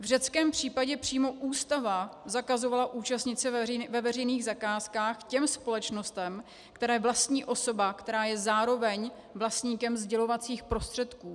V řeckém případě přímo ústava zakazovala účastnit se ve veřejných zakázkách těm společnostem, které vlastní osoba, která je zároveň vlastníkem sdělovacích prostředků.